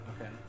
okay